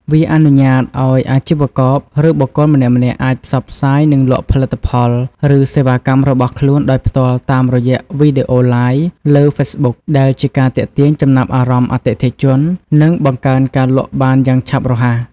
វាអនុញ្ញាតឲ្យអាជីវករ ឬបុគ្គលម្នាក់ៗអាចផ្សព្វផ្សាយ និងលក់ផលិតផល ឬសេវាកម្មរបស់ខ្លួនដោយផ្ទាល់តាមរយៈវីដេអូ Live លើ Facebook ដែលជាការទាក់ទាញចំណាប់អារម្មណ៍អតិថិជន និងបង្កើនការលក់បានយ៉ាងឆាប់រហ័ស។